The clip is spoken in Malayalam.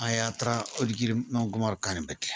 ആ യാത്ര ഒരിക്കലും നമുക്ക് മറക്കാനും പറ്റില്ല